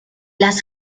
las